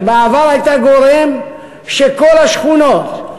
שבעבר הייתה גורם שכל השכונות,